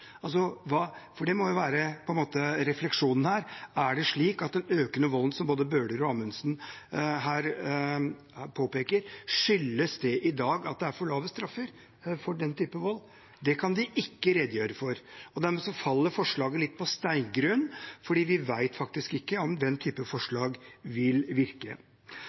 For det må jo være refleksjonen her: Er det slik at den økende volden som både Bøhler og Amundsen påpeker, skyldes at det i dag er for lave straffer for den typen vold? Det kan de ikke redegjøre for, og dermed faller forslaget litt på steingrunn, for vi vet faktisk ikke om den typen forslag vil virke.